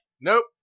Nope